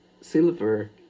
silver